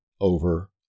over